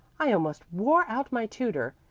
i almost wore out my tutor,